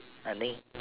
I think